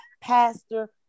Pastor